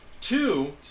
Two